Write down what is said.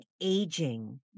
aging